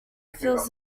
fills